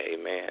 Amen